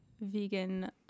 vegan